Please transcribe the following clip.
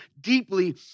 deeply